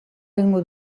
egingo